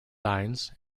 lines